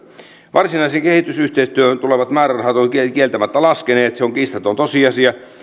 varsinaiseen kehitysyhteistyöhön tulevat määrärahat ovat kieltämättä laskeneet se on kiistaton tosiasia